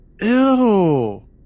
Ew